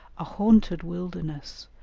a haunted wilderness,